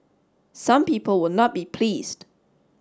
some people will not be pleased